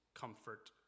comfort